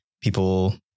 people